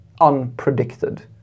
unpredicted